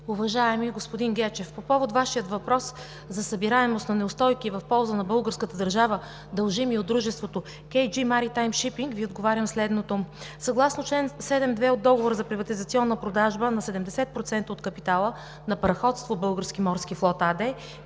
Уважаеми господин Гечев, по повод Вашия въпрос за събираемост на неустойки в полза на българската държава, дължими от дружеството „Кей Джи Маритайм Шипинг“ АД, Ви отговарям следното: съгласно чл. 72 от Договора за приватизационна продажба на 70% от капитала на Параходство „Български морски флот“ АД